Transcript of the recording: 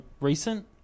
recent